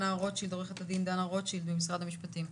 עורכת דין דנה רוטשילד, בבקשה.